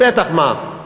נכון, בטח, מה.